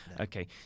Okay